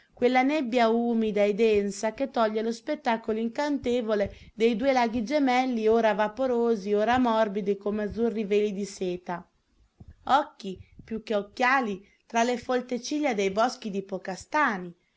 quella nebbia umida e densa che toglie lo spettacolo incantevole dei due laghi gemelli ora vaporosi ora morbidi come azzurri veli di seta occhi più che occhiali tra le folte ciglia dei boschi di